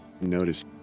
notice